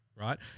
right